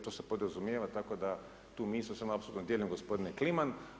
To se podrazumijeva, tako da tu misao apsolutno dijelim gospodine Kliman.